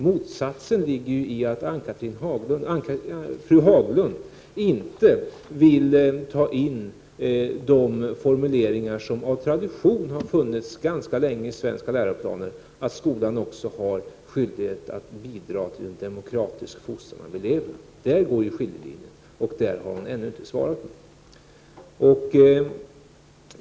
Motsatsen ligger i att fru Haglund inte vill ta in de formuleringar som av tradition har funnits länge i den svenska läroplanen, dvs. att skolan också har skyldighet att bidra till demokratisk fostran av eleverna. Där går skiljelinjen, och varför det är så har fru Haglund ännu inte förklarat.